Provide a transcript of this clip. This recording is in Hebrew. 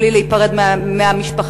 בלי להיפרד מהמשפחה.